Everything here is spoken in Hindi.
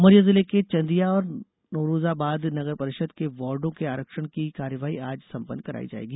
उमरिया जिले की चंदिया और नौरोजाबाद नगर परिषदों के वार्ड़ो के आरक्षण की कार्यवाही आज सम्पन्न कराई जायेगी